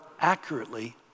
accurately